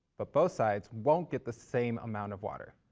but both sides won't get the same amount of water.